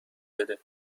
بده